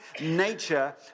nature